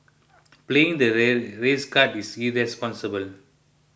playing the ret race card is irresponsible